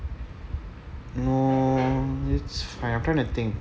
no it's fine I think I will take